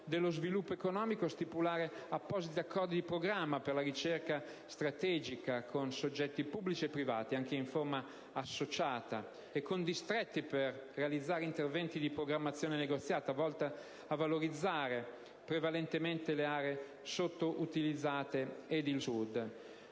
dello sviluppo economico, a stipulare appositi accordi di programma per la ricerca strategica con soggetti pubblici e privati, anche in forma associata, e con distretti per realizzare interventi di programmazione negoziata volti a valorizzare prevalentemente le aree sottoutilizzate e il Sud.